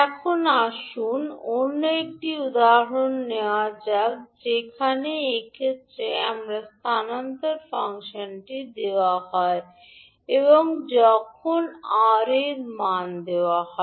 এখন আসুন অন্য একটি উদাহরণ নেওয়া যাক এক্ষেত্রে আমরা স্থানান্তর ফাংশনটি দেওয়া হয় এবং যখন আর এর মান দেওয়া হয়